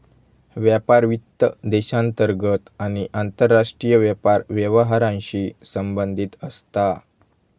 व्यापार वित्त देशांतर्गत आणि आंतरराष्ट्रीय व्यापार व्यवहारांशी संबंधित असता